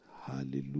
Hallelujah